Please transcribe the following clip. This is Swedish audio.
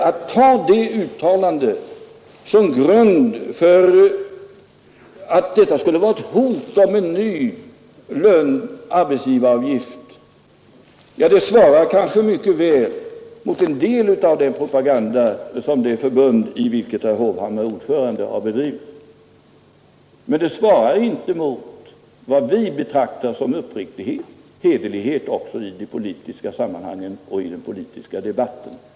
Att ta detta uttalande som grund för att det skulle vara ett hot om en ny arbetsgivaravgift — ja, det svarar kanske mycket väl mot en del av den propaganda som det förbund i vilket herr Hovhammar är ordförande har bedrivit. Men det svarar inte mot vad vi betraktar som uppriktighet och hederlighet också i de politiska sammanhangen och i den politiska debatten.